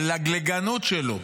הלגלגנות שלו,